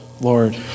Lord